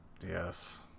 Yes